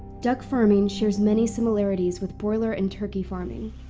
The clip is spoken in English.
duck farming shares many similarities with broiler and turkey farming.